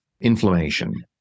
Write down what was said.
inflammation